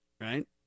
right